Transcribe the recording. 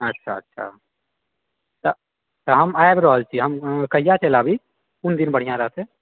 अच्छा अच्छा तऽ तऽ हम आबि रहल छी हम कहिआ चलि आबी कोन दिन बढ़िआँ रहतै